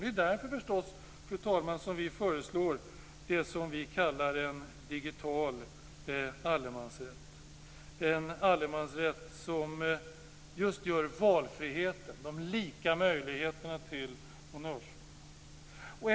Det är förstås därför, fru talman, som vi föreslår det som vi kallar en digital allemansrätt, den allemansrätt som gör valfriheten, de lika möjligheterna, till honnörsord.